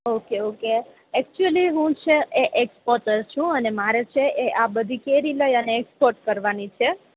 okay okay actually એવી છે હું એક્સ્પોટર છું મારે છે આ બધી કેરી લઈ એક્સપોટ કરવાની છે